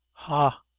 ha!